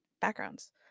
backgrounds